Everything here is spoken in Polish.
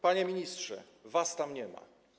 Panie ministrze, was tam nie ma.